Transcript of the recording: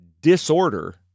disorder